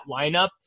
lineup